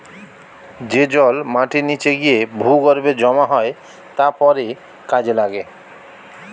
যে জল মাটির নিচে গিয়ে ভূগর্ভে জমা হয় তা পরে কাজে লাগে